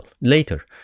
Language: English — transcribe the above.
later